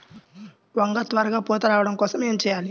వంగ త్వరగా పూత రావడం కోసం ఏమి చెయ్యాలి?